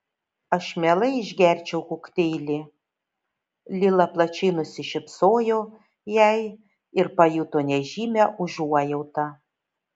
aš mielai išgerčiau kokteilį lila plačiai nusišypsojo jai ir pajuto nežymią užuojautą